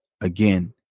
again